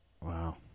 Wow